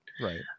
Right